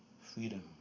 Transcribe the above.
freedom